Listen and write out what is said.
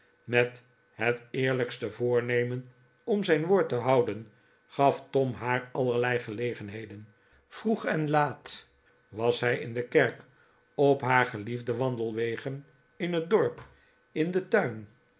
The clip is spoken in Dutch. met het eerlijkste voornemen om zijn woord te houden gaf tom haar allerlei gelegenheden vroeg en laat was hij in de kerk op haar geliefde wandelwegen in het dorp in den tuin